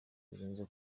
birenze